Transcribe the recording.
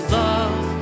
love